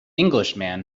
englishman